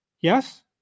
Yes